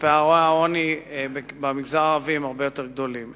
שפערי העוני במגזר הערבי הם הרבה יותר גדולים,